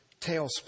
tailspin